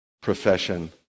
profession